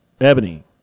Ebony